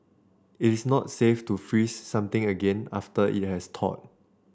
it is not safe to freeze something again after it has thawed